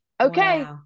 okay